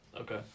Okay